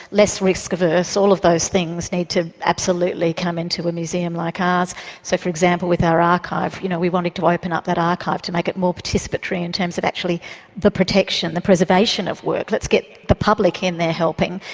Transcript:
less risk averse all of those things need to absolutely come into a museum like ours so for example with our archive, you know we wanted to open up that archive to make it more participatory, in terms of actually the protection, the preservation of work let's get the public in there helping.